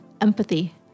empathy